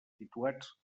situats